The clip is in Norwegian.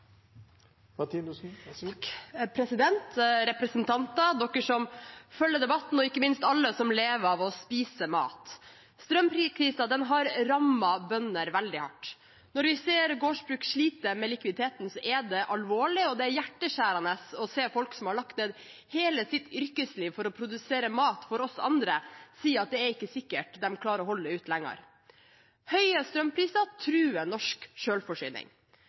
Representanter, dere som følger debatten, og ikke minst alle som lever av å spise mat: Strømkrisen har rammet bønder veldig hardt. Når vi ser at gårdsbruk sliter med likviditeten, er det alvorlig, og det er hjerteskjærende å se folk som har lagt ned hele sitt yrkesliv for å produsere mat til oss andre, si at det ikke er sikkert de klarer å holde ut lenger. Høye strømpriser truer norsk